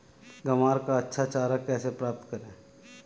ग्वार का अच्छा चारा कैसे प्राप्त करें?